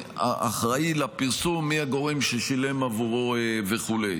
האחראי לפרסום, הגורם ששילם עבורו וכו'.